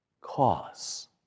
cause